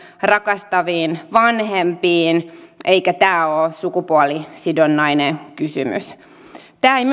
rakastaviin vanhempiin eikä tämä ole sukupuolisidonnainen kysymys tämä ei myöskään